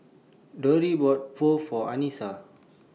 Dori bought Pho For Anissa